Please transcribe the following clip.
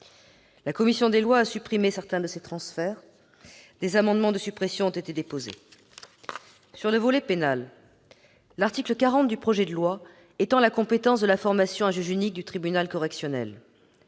La commission des lois a supprimé certains de ces transferts, d'autres amendements de suppression ont été déposés. Pour ce qui concerne le volet pénal, l'article 40 du projet de loi étend la compétence de la formation à juge unique du tribunal correctionnel.